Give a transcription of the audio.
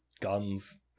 guns